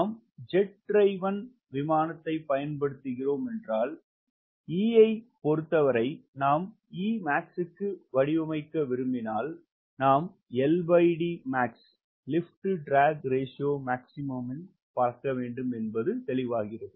நாம் ஒரு jet driven விமானத்தைப் பயன்படுத்துகிறோம் என்றால் E ஐப் பொருத்தவரை நாம் Emax க்கு வடிவமைக்க விரும்பினால் நாம் LDmax இல் பறக்க வேண்டும் என்பது தெளிவாகிறது